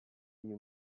you